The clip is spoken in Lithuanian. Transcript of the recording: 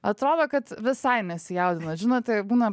atrodo kad visai nesijaudinat žinot būna